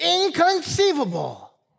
inconceivable